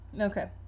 Okay